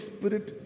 Spirit